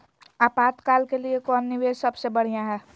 आपातकाल के लिए कौन निवेस सबसे बढ़िया है?